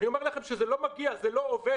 אני אומר לכם שזה לא מגיע, זה לא עובד.